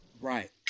right